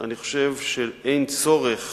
אני חושב שאין צורך